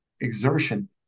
exertion